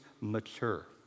mature